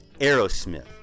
Aerosmith